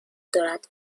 دارد